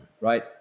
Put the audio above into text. right